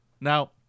Now-